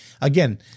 again